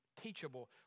teachable